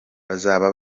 bazaba